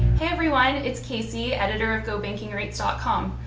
hey everyone, it's casey, editor of gobankingrates ah com.